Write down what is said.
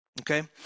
okay